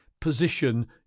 position